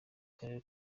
karere